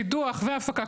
קידוח והפקה,